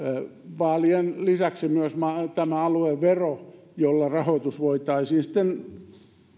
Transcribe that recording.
vaalien lisäksi olisi myös tämä aluevero jolla voitaisiin sitten